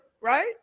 right